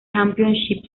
series